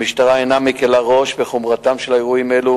המשטרה אינה מקלה ראש בחומרתם של אירועים אלו